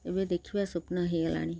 ଏବେ ଦେଖିବା ସ୍ୱପ୍ନ ହେଇ ଗଲାଣି